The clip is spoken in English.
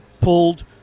pulled